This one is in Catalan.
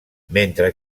mentre